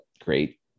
great